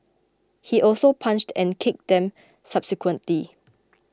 he also punched and kicked them subsequently